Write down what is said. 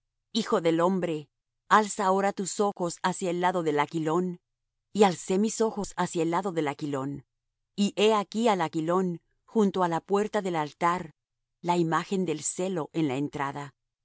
hijo del hombre alza ahora tus ojos hacia el lado del aquilón y alcé mis ojos hacia el lado del aquilón y he aquí al aquilón junto á la puerta del altar la imagen del celo en la entrada